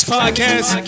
Podcast